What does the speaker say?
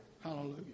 Hallelujah